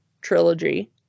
trilogy